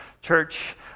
church